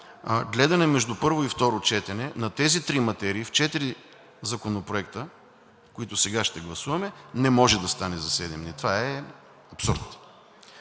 гледане между първо и второ четене на тези три материи в четири законопроекта, които сега ще гласуваме, не може да стане за седем дни. Това е абсурд.